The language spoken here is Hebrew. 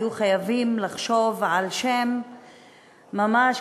והיו חייבים לחשוב על שם שממש,